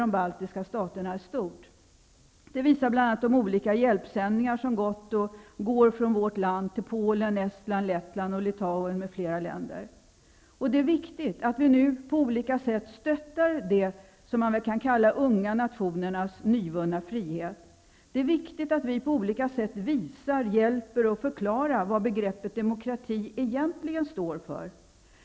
de baltiska staterna är stort. Det visar bl.a. de olika hjälpsändningar som gått och går från vårt land till Det är viktigt att vi nu på olika sätt stöttar de unga nationernas -- som man väl kan kalla dem -- nyvunna frihet. Det är viktigt att vi på olika sätt visar och förklarar vad begreppet demokrati egentligen står för.